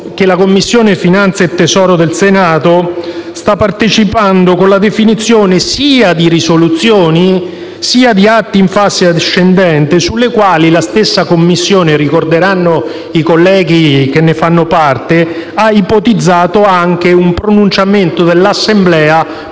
6a Commissione permanente del Senato sta partecipando con la definizione sia di risoluzioni sia di atti in fase ascendente, sulle quali la Commissione stessa, come ricorderanno i colleghi che ne fanno parte, ha ipotizzato un pronunciamento dell'Assemblea